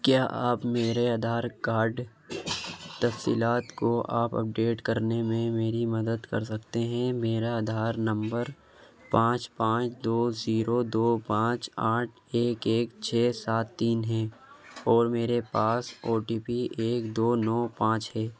کیا آپ میرے آدھار کارڈ تفصیلات کو آپ اپڈیٹ کرنے میں میری مدد کر سکتے ہیں میرا آدھار نمبر پانچ پانچ دو زیرو دو پانچ آٹھ ایک ایک چھ سات تین ہیں اور میرے پاس او ٹی پی ایک دو نو پانچ ہے